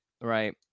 right